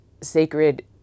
sacred